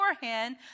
beforehand